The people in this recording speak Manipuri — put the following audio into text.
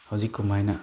ꯍꯧꯖꯤꯛ ꯀꯃꯥꯏꯅ